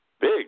Big